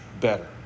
better